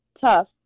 tough